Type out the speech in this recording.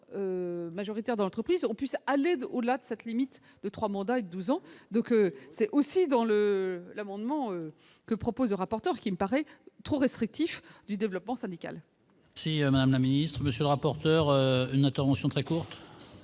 majoritaire dans l'entreprise en plus aller de au-delà de cette limite de 3 mandats et 12 ans donc c'est aussi dans le l'amendement que propose rapporteur qui me paraît trop restrictif du développement syndical. Si Madame la Ministre, Monsieur le rapporteur une attention très court.